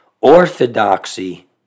orthodoxy